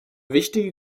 wichtige